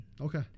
Okay